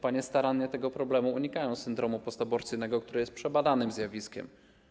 Panie starannie tego problemu unikają, syndromu postaborcyjnego, który jest przebadanym zjawiskiem.